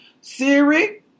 Siri